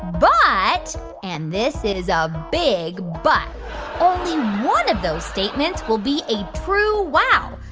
but and this is a big but. only one of those statements will be a true wow.